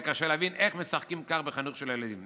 וקשה להבין איך משחקים כך בחינוך של הילדים.